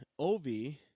Ovi